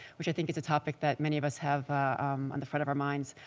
which i think is a topic that many of us have on the front of our minds,